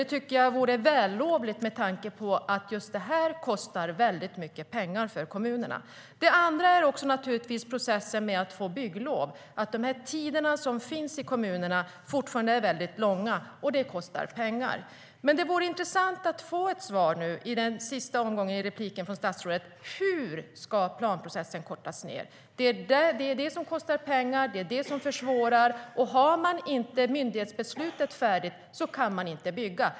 Jag tycker att det vore vällovligt att göra det, med tanke på att just detta kostar väldigt mycket pengar för kommunerna. Men det vore intressant att få ett svar i det sista inlägget från statsrådet: Hur ska planprocessen kortas ned? Det är det som kostar pengar. Det är det som försvårar. Och har man inte myndighetsbeslutet färdigt kan man inte bygga.